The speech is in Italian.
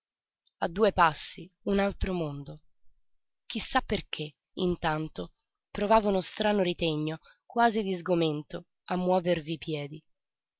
a due passi un altro mondo chi sa perché intanto provava uno strano ritegno quasi di sgomento a muovervi i piedi